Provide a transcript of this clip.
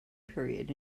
period